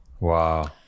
Wow